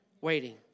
waiting